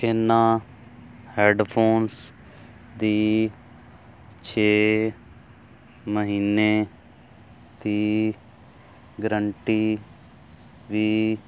ਇਹਨਾ ਹੈਡਫੋਨਸ ਦੀ ਛੇ ਮਹੀਨੇ ਦੀ ਗਰੰਟੀ ਵੀ